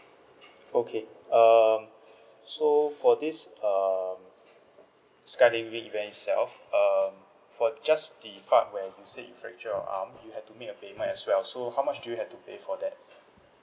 okay um so for this um skydiving event itself um for just the part where you said you fracture your arm you had to make a payment as well so how much do you have to pay for that